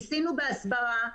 ניסינו בהסברה,